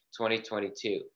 2022